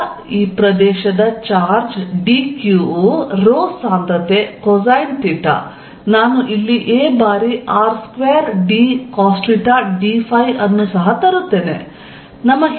a cosθ ಆದ್ದರಿಂದ ಈ ಪ್ರದೇಶದ ಚಾರ್ಜ್ dQ ವು ರೋ ಸಾಂದ್ರತೆ ಕೋಸ್ಯೆನ್ ಥೆಟಾ ನಾನು ಇಲ್ಲಿ a ಬಾರಿ R2dcosθdϕ ಅನ್ನು ಸಹ ತರುತ್ತೇನೆ